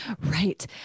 Right